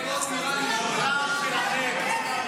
בעולם שלכם.